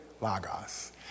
Lagos